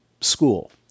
school